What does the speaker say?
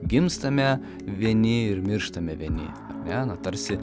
gimstame vieni ir mirštame vieni ar ne na tarsi